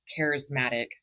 charismatic